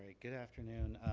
good afternoon.